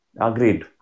Agreed